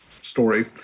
story